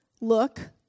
look